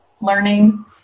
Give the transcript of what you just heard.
learning